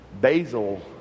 Basil